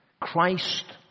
Christ